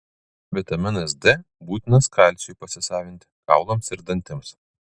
vitaminas d būtinas kalciui pasisavinti kaulams ir dantims